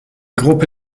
gruppe